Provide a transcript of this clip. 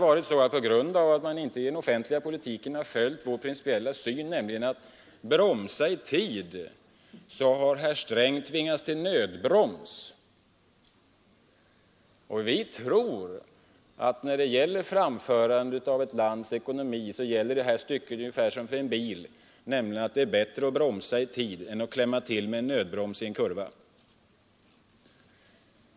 På grund av att man i den offentliga politiken inte följt vår principiella linje, nämligen att bromsa i tid, har herr Sträng tvingats ta till nödbromsen. Vi tror att för handhavandet av landets ekonomi gäller i det här stycket ungefär detsamma som för framförandet av en bil, nämligen att det är bättre att bromsa i tid än att klämma till med en nödbroms i en kurva.